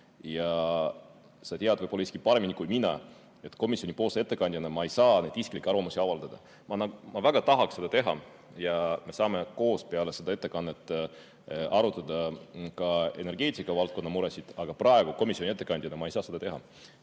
ja sa tead võib-olla isegi paremini kui mina, et komisjoni ettekandjana ma ei saa isiklikku arvamust avaldada. Ma väga tahaks seda teha. Me saame koos peale seda ettekannet arutada ka energeetikavaldkonna muresid, aga praegu komisjoni ettekandjana ma ei saa seda teha.